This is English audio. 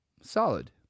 solid